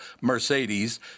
Mercedes